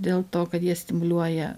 dėl to kad jie stimuliuoja